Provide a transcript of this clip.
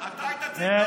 אתה היית צריך להיות בחקירת